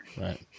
Right